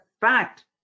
fact